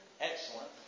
excellent